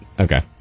Okay